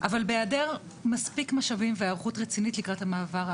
אבל בהעדר מספיק משאבים והערכות רצינית לקראת המעבר,